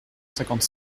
cinquante